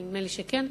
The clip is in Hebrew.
אבל נדמה לי שכן,